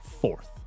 fourth